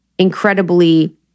incredibly